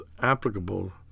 applicable